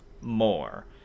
more